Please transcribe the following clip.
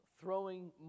throwing